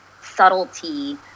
subtlety